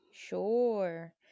sure